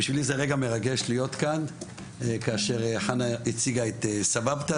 בשבילי זה רגע מרגש להיות כאן כשחנה מציגה את "סבבתא",